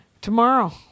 Tomorrow